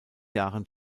jahren